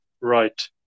Right